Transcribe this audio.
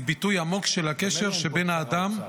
היא ביטוי עמוק של הקשר שבין האדם,